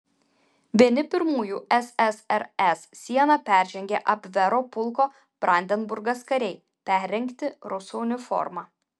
vieni pirmųjų ssrs sieną peržengė abvero pulko brandenburgas kariai perrengti rusų uniforma